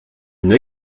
une